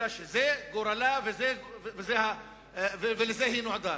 אלא שזה גורלה ולזה היא נועדה?